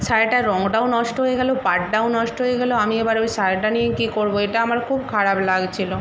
শাড়িটার রংটাও নষ্ট হয়ে গেল পাড়টাও নষ্ট হয়ে গেল আমি এবার ওই শাড়িটা নিয়ে কী করব এটা আমার খুব খারাপ লাগছিল